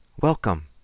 Welcome